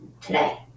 today